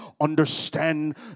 understand